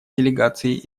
делегацией